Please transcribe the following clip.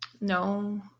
No